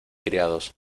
criados